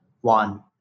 one